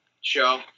show